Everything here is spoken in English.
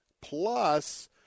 Plus